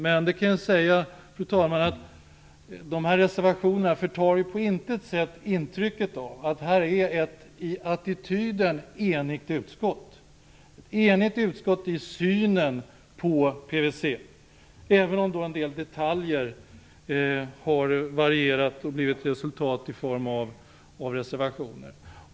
Men jag kan säga, fru talman, att dessa reservationer på intet sätt förtar intrycket av att det är ett i attityden enigt utskott, i synen på PVC, även om en del detaljer har varierat och givit resultat i form av reservationer.